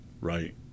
right